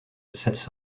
sets